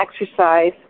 exercise